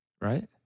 right